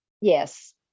Yes